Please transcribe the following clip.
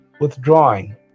withdrawing